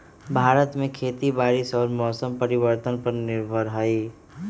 भारत में खेती बारिश और मौसम परिवर्तन पर निर्भर हई